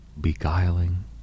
beguiling